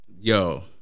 Yo